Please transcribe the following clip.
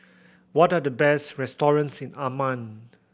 what are the best restaurants in Amman